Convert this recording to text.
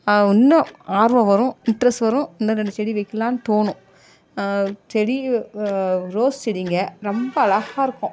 இன்னும் ஆர்வம் வரும் இன்ட்ரெஸ்ட் வரும் இன்னும் ரெண்டு செடி வைக்கிலான்னு தோணும் செடி ரோஸ் செடிங்க ரொம்ப அழகாக இருக்கும்